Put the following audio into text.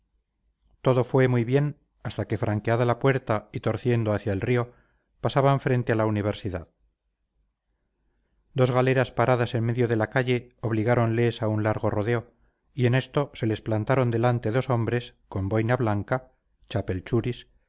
todo fue muy bien hasta que franqueada la puerta y torciendo hacia el río pasaban frente a la universidad dos galeras paradas en medio de la calle obligáronles a un largo rodeo y en esto se les plantaron delante dos hombres con boina blanca